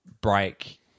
break